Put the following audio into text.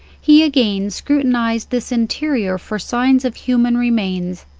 he again scrutinized this interior for signs of human remains,